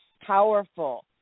powerful